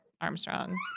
Armstrong